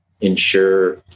ensure